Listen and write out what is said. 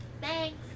Thanks